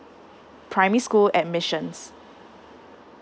primary school admissions